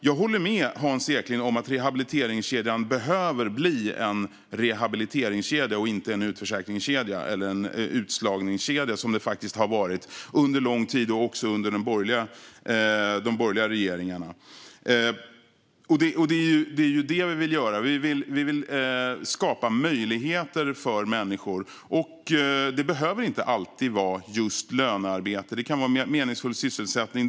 Jag håller med Hans Eklind om att rehabiliteringskedjan behöver bli en rehabiliteringskedja och inte en utförsäkringskedja eller en utslagningskedja, som den faktiskt har varit under lång tid - också under de borgerliga regeringarna. Det är ju det vi vill göra. Vi vill skapa möjligheter för människor. Det behöver inte alltid vara just lönearbete; det kan vara meningsfull sysselsättning.